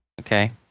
Okay